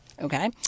Okay